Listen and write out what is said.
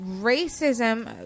racism